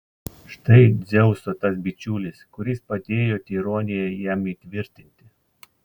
štai dzeuso tas bičiulis kuris padėjo tironiją jam įtvirtinti